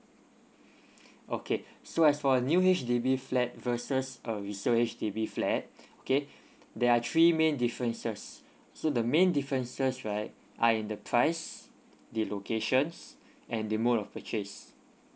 okay so as for new H_D_B flat versus a resale H_D_B flat okay there are three main differences so the main differences right are in the price the locations and the mode of purchase